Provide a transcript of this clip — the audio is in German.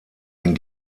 den